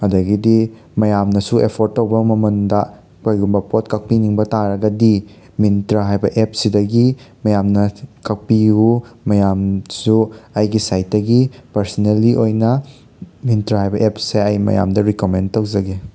ꯑꯗꯒꯤꯗꯤ ꯃꯌꯥꯝꯅꯁꯨ ꯑꯦꯐꯣꯔꯠ ꯇꯧꯕ ꯃꯃꯜꯗ ꯀꯩꯒꯨꯝꯕ ꯄꯣꯠ ꯀꯛꯄꯤꯅꯤꯡꯕ ꯇꯥꯔꯒꯗꯤ ꯃꯤꯟꯇ꯭ꯔ ꯍꯥꯏꯕ ꯑꯦꯞꯁꯤꯗꯒꯤ ꯃꯌꯥꯝꯅ ꯀꯛꯄꯤꯌꯨ ꯃꯌꯥꯝꯁꯨ ꯑꯩꯒꯤ ꯁꯥꯏꯠꯇꯒꯤ ꯄꯥꯔꯁꯅꯦꯜꯂꯤ ꯑꯣꯏꯅ ꯃꯤꯟꯇ꯭ꯔ ꯍꯥꯏꯕ ꯑꯦꯞꯁꯦ ꯑꯩ ꯃꯌꯥꯝꯗ ꯔꯤꯀꯃꯦꯟ ꯇꯧꯖꯒꯦ